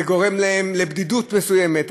זה גורם להם לבדידות מסוימת,